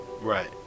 right